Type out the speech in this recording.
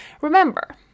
Remember